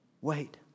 Wait